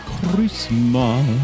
Christmas